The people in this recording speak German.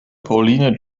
pauline